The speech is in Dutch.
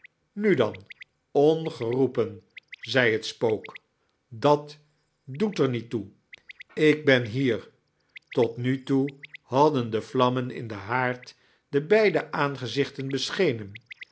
nu dan ongea-oepen zei he spook dat doet er niet toe ik ben hier tot mi toe hadden de vlammen in den haard de beide aangezichten beschenen